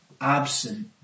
absent